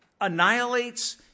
annihilates